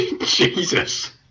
Jesus